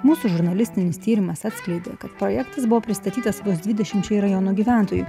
mūsų žurnalistinis tyrimas atskleidė kad projektas buvo pristatytas vos dvidešimčiai rajono gyventojų